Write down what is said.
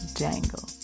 jangle